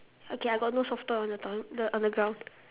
okay I got no soft toy on the toy the on the ground